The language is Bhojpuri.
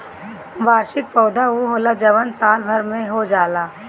वार्षिक पौधा उ होला जवन साल भर में हो जाला